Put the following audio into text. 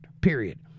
period